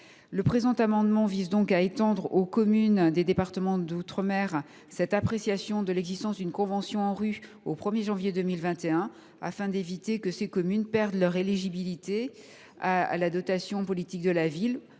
Le présent amendement vise à étendre aux communes des départements d’outre mer cette appréciation de l’existence d’une convention Anru au 1 janvier 2021, afin d’éviter que ces communes ne perdent leur éligibilité à la dotation politique de la ville